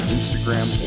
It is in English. Instagram